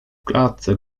klatce